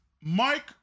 Mike